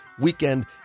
weekend